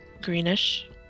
greenish